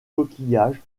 coquillages